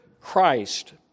Christ